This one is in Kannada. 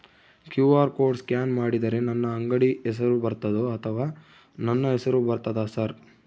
ಕ್ಯೂ.ಆರ್ ಕೋಡ್ ಸ್ಕ್ಯಾನ್ ಮಾಡಿದರೆ ನನ್ನ ಅಂಗಡಿ ಹೆಸರು ಬರ್ತದೋ ಅಥವಾ ನನ್ನ ಹೆಸರು ಬರ್ತದ ಸರ್?